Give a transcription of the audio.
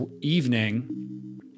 evening